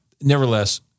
Nevertheless